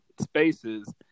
spaces